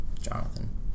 Jonathan